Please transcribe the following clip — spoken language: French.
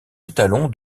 étalon